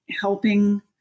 helping